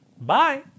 Bye